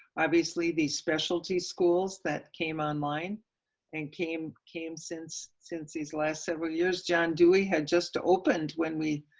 obviously these specialty schools that came online and came, came since since his last several years. john dewey had just opened when we,